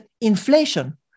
inflation